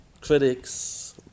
critics